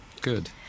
Good